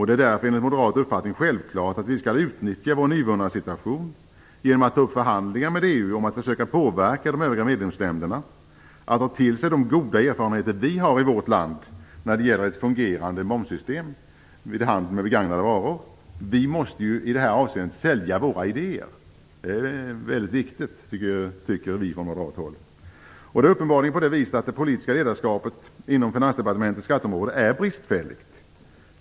Det är därför enligt moderat uppfattning självklart att vi skall utnyttja vår nyvunna situation genom att ta upp förhandlingar med EU och försöka påverka de övriga medlemsländerna att ta till sig de goda erfarenheter vi har i vårt land när det gäller ett fungerande momssystem vid handel med begagnade varor. Vi måste sälja våra idéer i detta avseende. Det är viktigt, tycker vi från moderat håll. Det är uppenbarligen på det viset att det politiska ledarskapet inom Finansdepartementets skatteområde är bristfälligt.